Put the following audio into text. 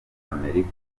amerika